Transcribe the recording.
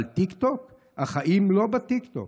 אבל טיקטוק, החיים הם לא בטיקטוק.